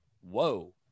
Whoa